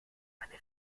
eine